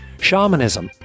Shamanism